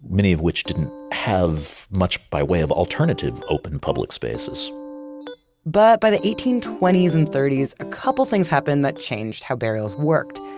many of which didn't have much by way of alternative open, public spaces but by the eighteen twenty s and thirty s, a couple things happened that changed how burials worked.